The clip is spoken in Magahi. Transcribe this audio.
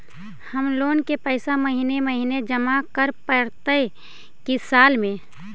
हमर लोन के पैसा महिने महिने जमा करे पड़तै कि साल में?